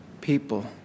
people